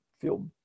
feel